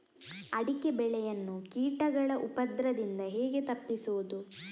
ಅಡಿಕೆ ಬೆಳೆಯನ್ನು ಕೀಟಗಳ ಉಪದ್ರದಿಂದ ಹೇಗೆ ತಪ್ಪಿಸೋದು?